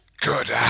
good